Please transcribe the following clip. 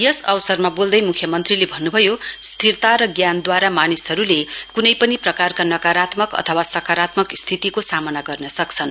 यस अवसरमा बोल्दै मुख्यमन्त्रीले भन्नुभयो स्थिरता र ज्ञानद्वारा मानिसहरूले क्नै पनि प्रकारका नकारात्मक अथवा सकारात्मक स्थितिको सामना गर्न सक्छन्